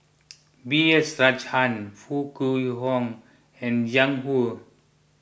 B S Rajhans Foo Kwee Horng and Jiang Hu